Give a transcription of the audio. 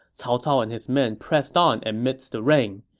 cao cao and his men pressed on amidst the rain.